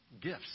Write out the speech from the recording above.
gifts